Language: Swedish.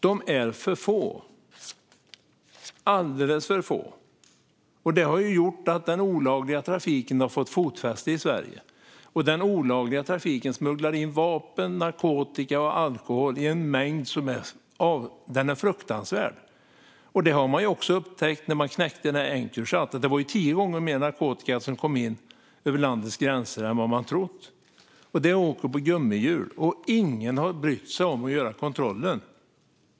De är alldeles för få, och det har gjort att den olagliga trafiken har fått fotfäste i Sverige. Den olagliga trafiken smugglar in vapen, narkotika och alkohol i fruktansvärda mängder. När man knäckte Encrochat upptäckte man ju att det var tio gånger mer narkotika som kom in över landets gränser än vad man hade trott. Det åker på gummihjul, och ingen har brytt sig om att göra kontrollen.